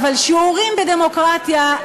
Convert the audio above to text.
אבל שיעורים בדמוקרטיה,